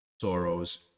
sorrows